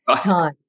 time